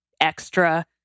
extra